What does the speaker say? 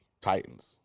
Titans